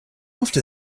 after